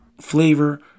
Flavor